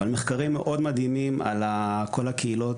אבל מחקרים מאוד מדהימים על כל הקהילות